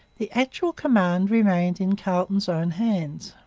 the actual command remained in carleton's own hands.